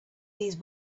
these